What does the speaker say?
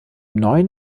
neuen